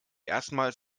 erstmals